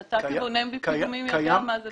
אתה כבונה פיגומים יודע מה זה פיגום מיוחד.